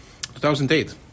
2008